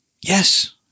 Yes